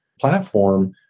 platform